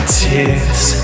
tears